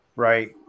Right